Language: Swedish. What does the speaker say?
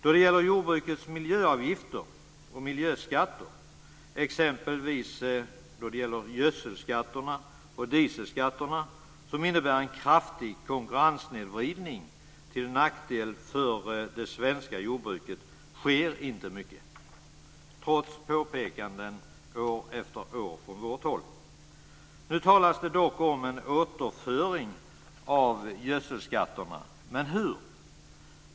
Beträffande jordbrukets miljöavgifter och miljöskatter, exempelvis gödselskatterna och dieselskatterna, som innebär en kraftig konkurrenssnedvridning till nackdel för det svenska jordbruket, sker inte mycket trots påpekanden år efter år från vårt håll. Nu talas det om en återföring av gödselskatterna. Men hur?